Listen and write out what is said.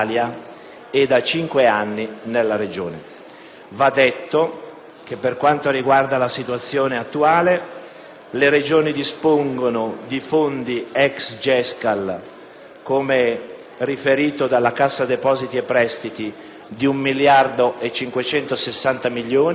Va detto che per quanto riguarda la situazione attuale, le Regioni dispongono di fondi ex GESCAL - come riferito dalla Cassa depositi e prestiti - di 1.560.000.000 di euro che sono ancora disponibili e non impegnati.